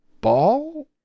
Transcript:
Ball